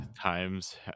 Times